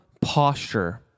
posture